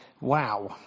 Wow